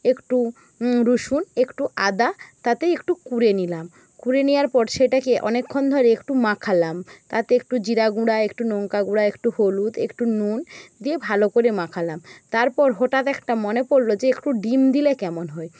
একটু রসুন একটু আদা তাতে একটু কুড়ে নিলাম কুড়ে নেওয়ার পর সেটাকে অনেকক্ষণ ধরে একটু মাখালাম তাতে একটু জিরা গুঁড়া একটু লঙ্কা গুঁড়ো একটু হলুদ একটু নুন দিয়ে ভালো করে মাখালাম তারপর হঠাৎ একটা মনে পড়লো যে একটু ডিম দিলে কেমন হয়